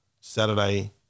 Saturday